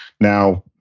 now